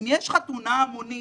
חתונה המונית